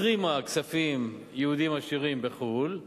התרימה כספים, יהודים עשירים בחו"ל,